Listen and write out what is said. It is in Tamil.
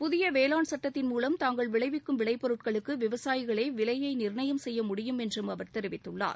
புதிய வேளாண் சட்டத்தின் மூலம் தாங்கள் விளைவிக்கும் விளைப் பொருட்களுக்கு விவசாயிகளே விலையை நிர்ணயம் செய்ய முடியும் என்றும் அவர் தெரிவித்துள்ளார்